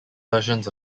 versions